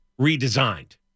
redesigned